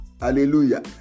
Hallelujah